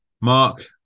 Mark